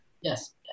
Yes